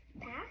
pass